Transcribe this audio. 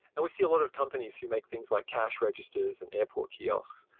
and we see a lot of companies who make things like cash registers and airport kiosks.